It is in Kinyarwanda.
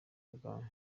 bwa